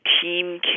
team